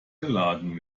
geladen